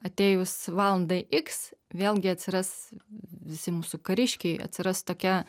atėjus valandai iks vėlgi atsiras visi mūsų kariškiai atsiras tokia